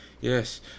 Yes